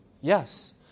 Yes